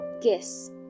guess